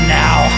now